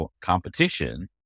competition